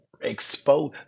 expose